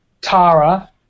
Tara